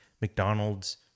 McDonald's